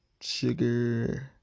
sugar